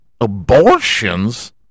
Abortions